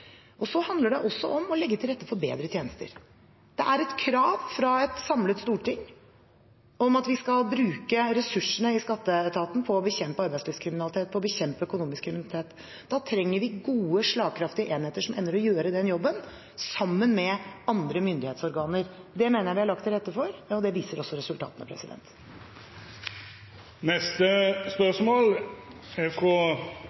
handler også om å legge til rette for bedre tjenester. Det er et krav fra et samlet storting at vi skal bruke ressursene i skatteetaten på å bekjempe arbeidslivskriminalitet, bekjempe økonomisk kriminalitet. Da trenger vi gode, slagkraftige enheter som evner å gjøre den jobben, sammen med andre myndighetsorganer. Det mener jeg vi har lagt til rette for, og det viser også resultatene.